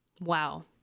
Wow